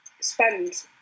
spend